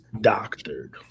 doctored